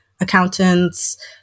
accountants